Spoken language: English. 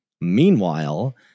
Meanwhile